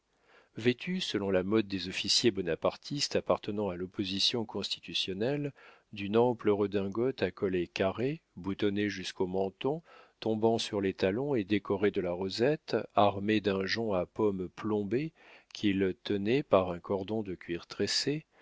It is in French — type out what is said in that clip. vêtus selon la mode des officiers bonapartistes appartenant à l'opposition constitutionnelle d'une ample redingote à collet carré boutonnée jusqu'au menton tombant sur les talons et décorée de la rosette armés d'un jonc à pomme plombée qu'ils tenaient par un cordon de cuir